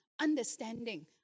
understanding